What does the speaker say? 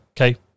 Okay